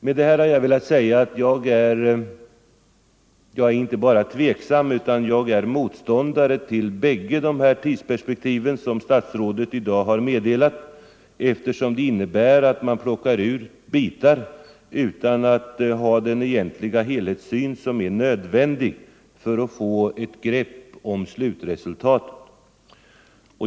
Med detta har jag velat säga att jag inte bara är tveksam utan direkt motståndare till båda de tidsperspektiv som statsrådet i dag har angivit, eftersom följden blir att man plockar ut bitar utan att ha den egentliga helhetssyn som är nödvändig för att få ett grepp om slutresultatet.